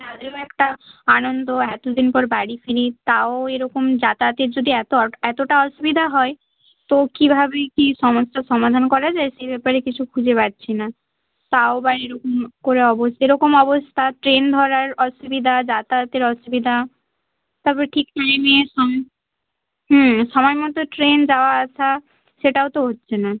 না যাবে একটা আনন্দ এতো দিন পর বাড়ি ফিরি তাও এরকম যাতায়াতের যদি এতো এতোটা অসুবিধা হয় তো কীভাবে কী সমস্যার সমাধান করা যায় সেই ব্যাপারে কিছু খুঁজে পাচ্ছি না তাও বা এরকম করে অবস এরকম অবস্থা ট্রেন ধরার অসুবিধা যাতায়াতের অসুবিধা তারপর ঠিক কুড়ি মিনিট পর হুম সময় মতো ট্রেন যাওয়া আসা সেটাও তো হচ্ছে না